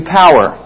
power